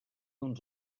uns